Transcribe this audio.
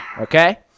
okay